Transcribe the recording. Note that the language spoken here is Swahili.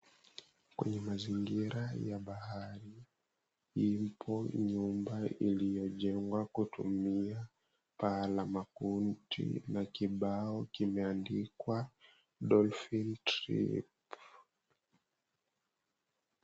Kwenye mazingira ya bahari ipo nyumba iliyojengwa kutumia paa la makuti na kibao kimeandikwa, Dolphin Trip.